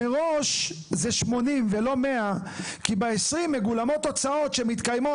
מראש זה 80 ולא 100 כי ב-20 מגולמות הוצאות שמתקיימות